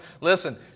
Listen